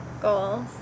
goals